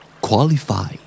Qualify